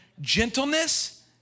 gentleness